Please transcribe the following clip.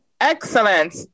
Excellent